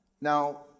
Now